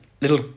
little